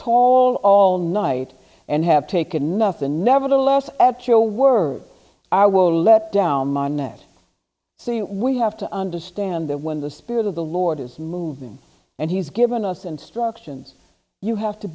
tol all night and have taken enough to nevertheless at your word i will let down my net see we have to understand that when the spirit of the lord is moving and he's given us instructions you have to